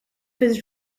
was